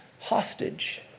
hostage